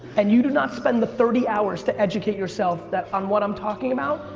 and you do not spend the thirty hours to educate yourself that, on what i'm talking about,